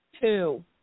Two